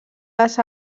les